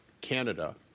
Canada